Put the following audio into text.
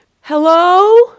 Hello